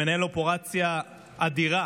שמנהל אופרציה אדירה